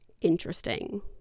interesting